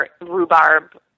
rhubarb